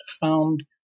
found